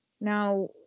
Now